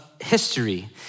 history